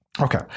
okay